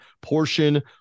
portion